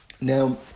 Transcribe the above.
Now